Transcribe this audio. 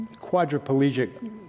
quadriplegic